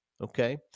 Okay